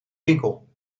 winkel